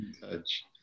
touch